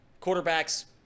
Quarterbacks